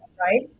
right